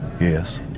Yes